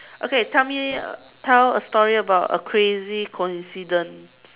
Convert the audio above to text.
okay tell me tell a story about a crazy coincidence